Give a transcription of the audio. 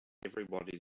everybody